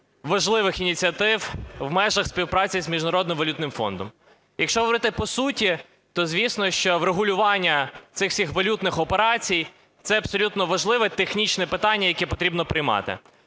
важливих ініціатив в межах співпраці з Міжнародним валютним фондом. Якщо говорити по суті, то, звісно, що врегулювання цих всіх валютних операцій – це абсолютно важливе технічне питання, яке потрібно приймати.